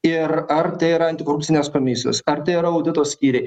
ir ar tai yra antikorupcinės komisijos ar tai yra audito skyriai